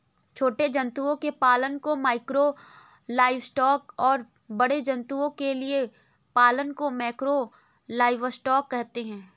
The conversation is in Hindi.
छोटे जंतुओं के पालन को माइक्रो लाइवस्टॉक और बड़े जंतुओं के पालन को मैकरो लाइवस्टॉक कहते है